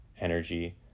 energy